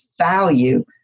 value